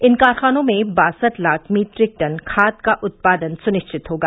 इन कारखानों में बासठ लाख मीट्रिक टन खाद का उत्पादन सुनिश्चित होगा